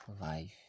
Life